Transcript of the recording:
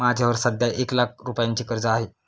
माझ्यावर सध्या एक लाख रुपयांचे कर्ज आहे